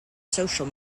social